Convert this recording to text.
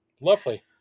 lovely